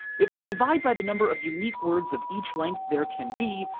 if we divide by the number of unique words of each length there can be,